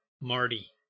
Marty